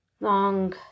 Long